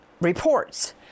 reports